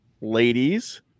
ladies